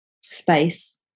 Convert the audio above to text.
space